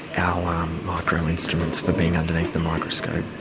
our micro-instruments for being underneath the microscopes.